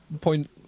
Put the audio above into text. point